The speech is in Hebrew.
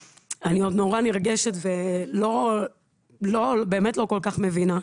אני עוד נורא נרגשת ובאמת לא כל כך מבינה.